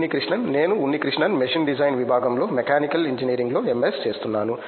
ఉన్నికృష్ణన్ నేను Unnikrishnan machine design విభాగంలో mechanical ఇంజనీరింగ్లో ఎంఎస్ చేస్తున్నాను